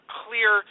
clear